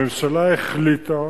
הממשלה החליטה